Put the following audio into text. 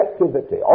activity